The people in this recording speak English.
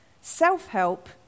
Self-help